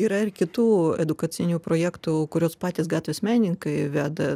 yra ir kitų edukacinių projektų kuriuos patys gatvės menininkai veda